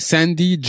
Sandy